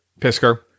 Pisker